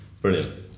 Brilliant